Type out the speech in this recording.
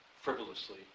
frivolously